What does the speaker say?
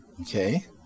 Okay